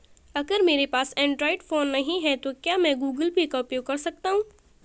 अगर मेरे पास एंड्रॉइड फोन नहीं है तो क्या मैं गूगल पे का उपयोग कर सकता हूं?